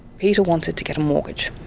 peter wanted to get a mortgage.